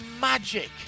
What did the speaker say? magic